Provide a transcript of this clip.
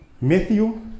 Matthew